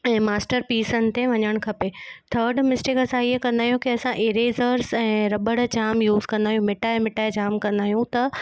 ऐं मास्टर पिसन ते वञणु खपे थर्ड मिस्टेक असां हीअ कंदा आहियूं की असां इजेर्स ऐं रबड़ जाम यूस कंदा आहियूं मिटाए मिटाए जाम कंदा आहियूं त